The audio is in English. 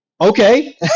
okay